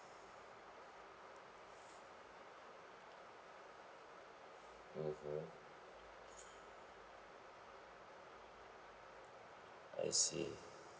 mmhmm I see